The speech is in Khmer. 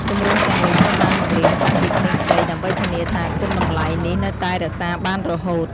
ទម្រង់ទាំងនេះត្រូវបានបង្រៀនតាំងពីក្មេងខ្ចី ដើម្បីធានាថាគុណតម្លៃនេះនៅតែរក្សាបានរហូត។